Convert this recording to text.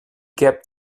gap